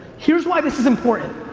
here's why this is important,